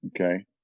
Okay